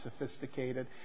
sophisticated